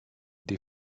des